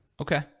okay